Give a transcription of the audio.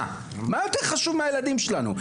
מה יותר חשוב מהילדים שלנו?